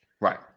Right